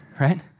right